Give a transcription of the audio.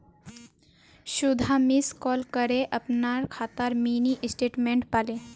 सुधा miss call करे अपनार खातार मिनी स्टेटमेंट पाले